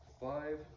five